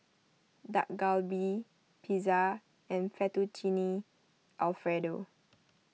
Dak Galbi Pizza and Fettuccine Alfredo